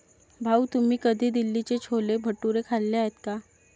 भाऊ, तुम्ही कधी दिल्लीचे छोले भटुरे खाल्ले आहेत का?